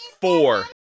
Four